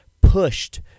pushed